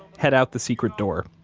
head out the secret door,